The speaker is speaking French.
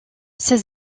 ses